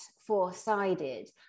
four-sided